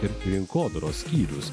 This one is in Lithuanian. ir rinkodaros skyrius